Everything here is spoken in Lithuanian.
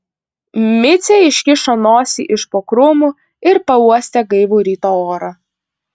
micė iškišo nosį iš po krūmo ir pauostė gaivų ryto orą